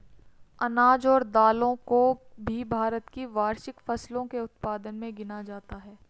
अनाज और दालों को भी भारत की वार्षिक फसलों के उत्पादन मे गिना जाता है